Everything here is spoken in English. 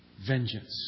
vengeance